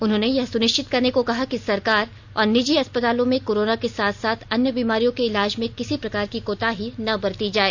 उन्होंने यह सुनिष्चित करने को कहा कि सरकार और निजी अस्पतालों में कोरोना के साथ साथ अन्य बीमारियो के इलाज में किसी प्रकार की कोताही न बरती जाए